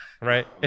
right